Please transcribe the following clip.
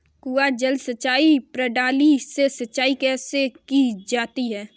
कुआँ जल सिंचाई प्रणाली से सिंचाई कैसे की जाती है?